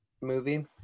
movie